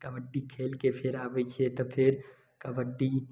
कबड्डी खेलके फेर आबै छियै तऽ फेर कबड्डी